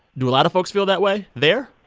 do a lot of folks feel that way there?